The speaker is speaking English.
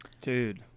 Dude